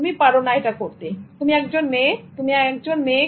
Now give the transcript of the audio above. তুমি পারো না এটা করতে তুমি একজন মেয়ে তুমি একজন মেয়ে